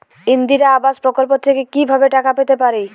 ইন্দিরা আবাস প্রকল্প থেকে কি ভাবে টাকা পেতে পারি?